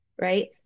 Right